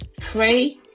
pray